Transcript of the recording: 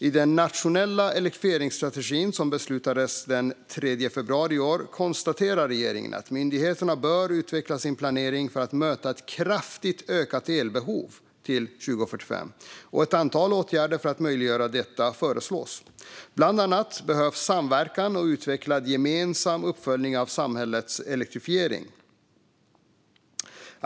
I den nationella elektrifieringsstrategin som beslutades den 3 februari i år konstaterar regeringen att myndigheterna bör utveckla sin planering för att möta ett kraftigt ökat elbehov till 2045, och ett antal åtgärder för att möjliggöra detta föreslås. Bland annat behövs samverkan och utvecklad gemensam uppföljning av samhällets elektrifiering.